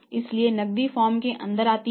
इसलिए नकदी फर्म केअंदर आती है